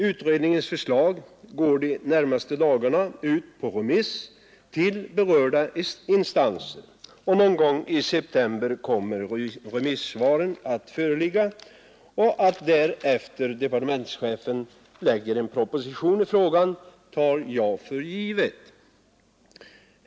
Utredningens förslag går under de närmaste dagarna ut på remiss till berörda instanser, och någon gång i september kommer remissvaren att föreligga. Att departementschefen därefter skall framlägga en proposition i frågan tar jag för givet.